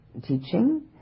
teaching